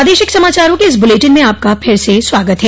प्रादेशिक समाचारों के इस बुलेटिन में आपका फिर से स्वागत है